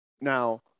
Now